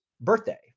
birthday